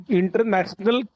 international